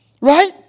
Right